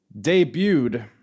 debuted